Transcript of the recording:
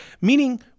meaning